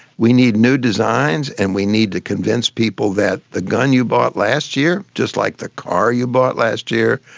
we need new designs and we need to convince people that the gun you bought last year, just like the car you bought last year,